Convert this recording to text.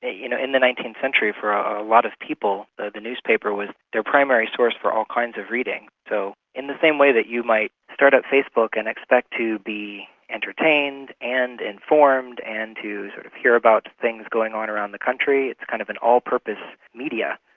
you know in the nineteenth century for a lot of people the the newspaper was their primary source for all kinds of reading. so in the same way that you might start up facebook and expect to be entertained and informed and to sort of hear about things going on around the country, it's kind of an all-purpose media,